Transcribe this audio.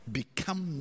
become